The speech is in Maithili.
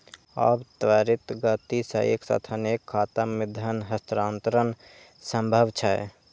आब त्वरित गति सं एक साथ अनेक खाता मे धन हस्तांतरण संभव छै